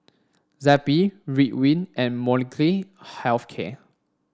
Zappy Ridwind and Molnylcke Health Care